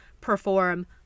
perform